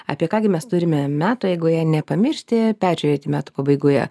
apie ką gi mes turime metų eigoje nepamiršti peržiūrėti metų pabaigoje